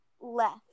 left